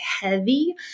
heavy